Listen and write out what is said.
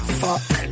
fuck